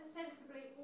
sensibly